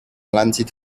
slanted